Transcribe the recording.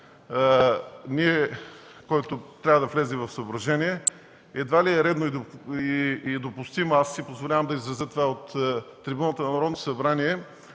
момент, който трябва да влезе в съображение – едва ли е редно и допустимо, аз си позволявам да изразя това от